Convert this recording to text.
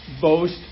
boast